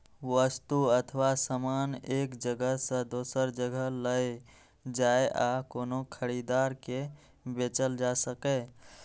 वस्तु अथवा सामान एक जगह सं दोसर जगह लए जाए आ कोनो खरीदार के बेचल जा सकै